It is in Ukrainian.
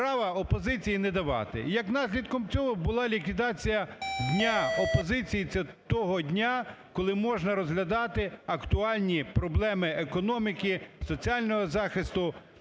права опозиції не давати. І як наслідком цього була ліквідація дня опозиції, це того для, коли можна розглядати актуальні проблеми економіки, соціального захисту,